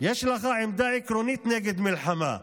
לך עמדה עקרונית נגד מלחמה,